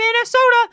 Minnesota